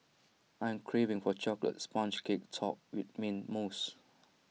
I am craving for A Chocolate Sponge Cake Topped with Mint Mousse